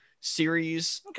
series